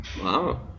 Wow